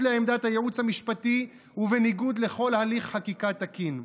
לעמדת הייעוץ המשפטי ובניגוד לכל הליך חקיקה תקין,